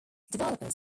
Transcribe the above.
developers